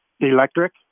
Electric